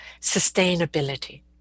sustainability